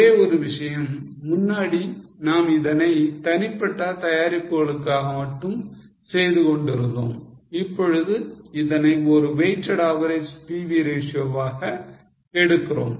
ஒரே ஒரு விஷயம் முன்னாடி நாம் இதனை தனிப்பட்ட தயாரிப்புக்காக மட்டும் செய்துகொண்டிருந்தோம் இப்பொழுது இதனை ஒரு weighted average PV ratio வாக எடுக்கிறோம்